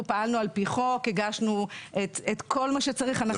אנחנו פעלנו על פי חוק, הגשנו את כל מה שצריך.